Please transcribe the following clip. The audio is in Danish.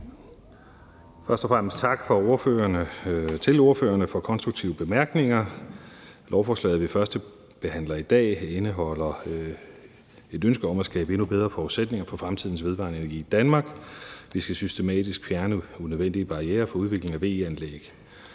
Først og fremmest tak til ordførerne for de konstruktive bemærkninger. Lovforslaget, vi førstebehandler i dag, indeholder et ønske om at skabe endnu bedre forudsætninger for fremtidens vedvarende energi i Danmark. Vi skal systematisk fjerne unødvendige barrierer for udviklingen af VE-anlæg.